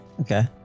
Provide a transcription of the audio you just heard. Okay